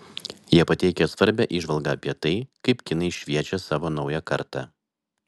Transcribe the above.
jie pateikia svarbią įžvalgą apie tai kaip kinai šviečia savo naują kartą